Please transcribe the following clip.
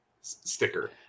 sticker